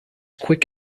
quick